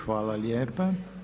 Hvala lijepa.